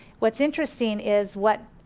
what's interesting is what,